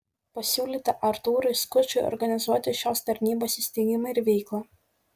pasiūlyti artūrui skučui organizuoti šios tarnybos įsteigimą ir veiklą